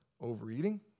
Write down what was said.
overeating